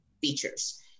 features